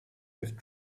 with